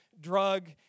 drug